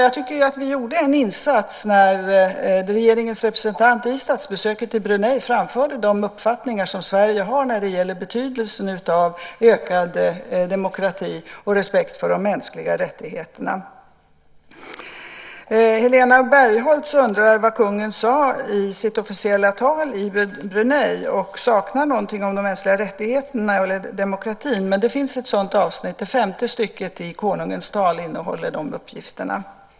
Jag tycker att vi gjorde en insats när regeringens representant vid statsbesöket i Brunei framförde de uppfattningar som Sverige har när det gäller betydelsen av ökad demokrati och respekt för de mänskliga rättigheterna. Helena Bargholtz undrar vad kungen sade i sitt officiella tal i Brunei, och saknar någonting om de mänskliga rättigheterna och demokratin. Det finns ett sådant avsnitt; det femte stycket i konungens tal innehåller de uppgifterna.